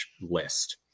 list